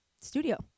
studio